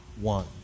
one